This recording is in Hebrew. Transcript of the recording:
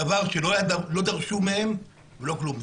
דבר שלא דרשו מהם ולא כלום.